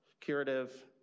curative